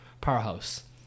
powerhouse